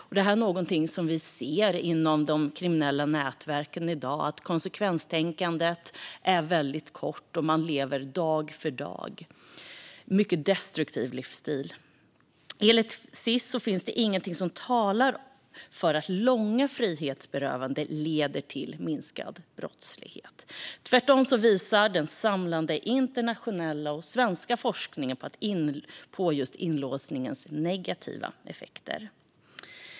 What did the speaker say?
I dag vet vi att konsekvenstänkandet inom de kriminella nätverken är mycket kort och att man lever dag för dag. Det är en mycket destruktiv livsstil. Enligt Sis talar inget för att långa frihetsberövanden leder till minskad brottslighet. Tvärtom visar den samlade internationella och svenska forskningen på inlåsningens negativa effekter.